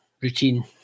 routine